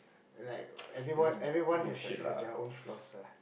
like everyone everyone has their their own flaws lah